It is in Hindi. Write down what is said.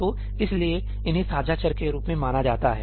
तो इसीलिए इन्हें साझा चर के रूप में माना जाता है